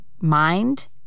mind